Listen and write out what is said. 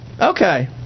Okay